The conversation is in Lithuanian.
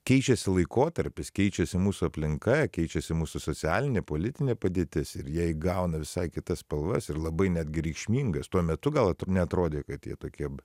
keičiasi laikotarpis keičiasi mūsų aplinka keičiasi mūsų socialinė politinė padėtis ir jie įgauna visai kitas spalvas ir labai netgi reikšmingas tuo metu gal neatrodė kad jie tokie